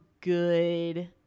good